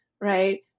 right